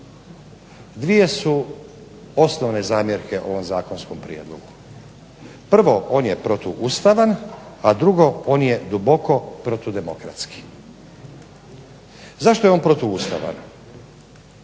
Dvije su osnovne zamjerke ovom osnovnom zakonskom prijedlogu. Prvo, on je protuustavan, a drugo on je duboko protudemokratski. Zašto je on protuustavan?